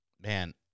man